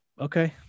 Okay